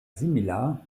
simila